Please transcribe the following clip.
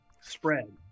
spread